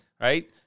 Right